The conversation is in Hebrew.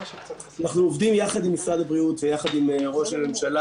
אנחנו עובדים יחד עם משרד הבריאות ויחד עם ראש הממשלה